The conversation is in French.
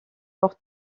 porte